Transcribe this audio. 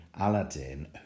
Aladdin